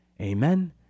Amen